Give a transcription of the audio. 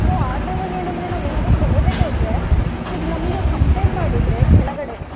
so ಆ ಟೈಮಲ್ಲಿ ಏನಂದರೆ ನಾವೇನಾದರು ತಗೋಬೇಕು ಅಂದರೆ ಸೊ ನಮಗೆ ಕಂಪೇರ್ ಮಾಡಿದರೆ ಕೆಳಗಡೆ